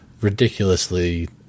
ridiculously